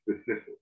specific